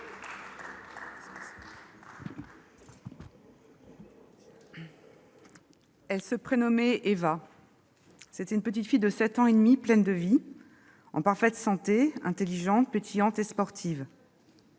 elle se prénommait Éva. C'était une petite fille de sept ans et demi, pleine de vie, en parfaite santé, intelligente, pétillante et sportive.